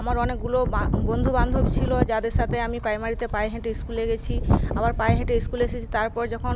আমার অনেকগুলো বা বন্ধুবান্ধব ছিল যাদের সাথে আমি প্রাইমারিতে পায়ে হেঁটে স্কুলে গেছি আবার পায়ে হেঁটে স্কুলে এসেছি তারপর যখন